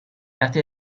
وقتی